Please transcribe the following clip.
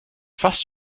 fast